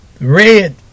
red